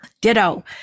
ditto